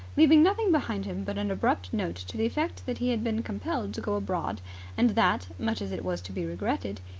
leaving nothing behind him but an abrupt note to the effect that he had been compelled to go abroad and that, much as it was to be regretted,